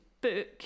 book